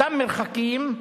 אותם מרחקים,